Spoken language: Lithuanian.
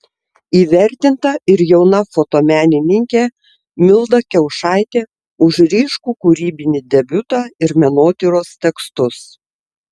įvertinta ir jauna fotomenininkė milda kiaušaitė už ryškų kūrybinį debiutą ir menotyros tekstus